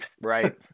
right